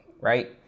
right